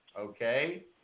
okay